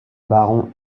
baron